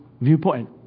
viewpoint